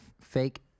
fake